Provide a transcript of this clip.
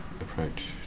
approach